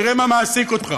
תראה מה מעסיק אותך.